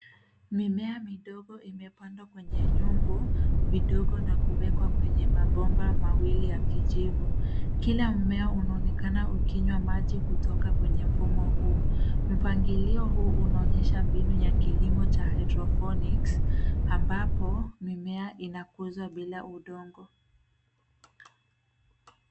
Mimea midogo imepandwa kwenye nyungu vidogo na kuwekwa kwenye mabomba mawili ya kijivu. Kila mmea unaonekana ukinywa maji kutoka kwenye mfumo huu. Mpangilio huu unaonyesha mbinu ya kilimo cha hydrophonics ambapo mimea inakuzwa bila udongo.